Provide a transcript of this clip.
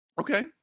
Okay